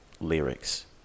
lyrics